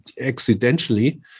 accidentally